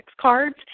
cards